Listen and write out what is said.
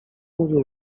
mówił